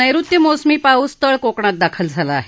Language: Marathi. नैऋत्य मोसमी पाऊस तळकोकणात दाखल झाला आहे